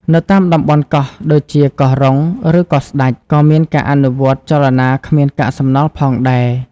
នៅតាមតំបន់កោះដូចជាកោះរ៉ុង ឬកោះស្តេច ក៏មានការអនុវត្តចលនាគ្មានកាកសំណល់ផងដែរ។